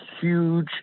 huge